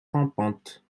rampante